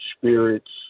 spirits